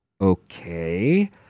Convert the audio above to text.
Okay